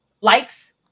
likes